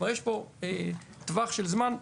כלומר יש פה טווח של זמן,